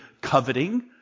coveting